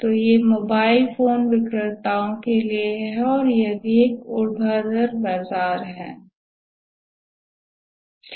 तो यह mobile phone विक्रेताओं के लिए है और यह भी ऊर्ध्वाधर बाजार है